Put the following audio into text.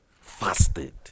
fasted